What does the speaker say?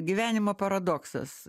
gyvenimo paradoksas